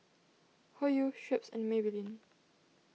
Hoyu Schweppes and Maybelline